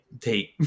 take